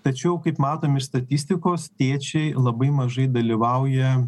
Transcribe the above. tačiau kaip matom iš statistikos tėčiai labai mažai dalyvauja